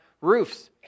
roofs